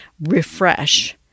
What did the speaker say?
refresh